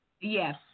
yes